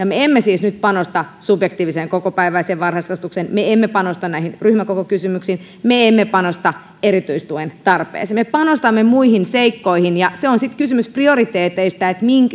me emme nyt siis panosta subjektiiviseen kokopäiväiseen varhaiskasvatukseen me emme panosta ryhmäkokokysymyksiin me emme panosta erityistuen tarpeeseen me panostamme muihin seikkoihin ja se on sitten kysymys prioriteeteista